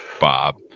Bob